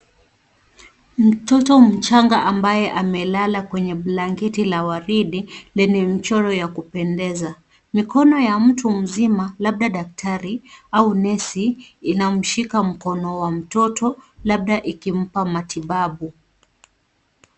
Mtoto mchanga ambaye amelala kwenye blanketi la waridi lenye mchoro ya kupendeza. Mikono ya mtu mzima, labda daktari au nesi inamshika mkono wa mtoto labda ikimpa matibabu.